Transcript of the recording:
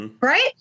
Right